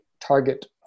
target